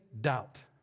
doubt